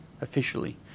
officially